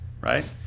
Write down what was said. right